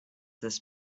this